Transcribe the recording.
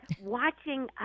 watching